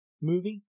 movie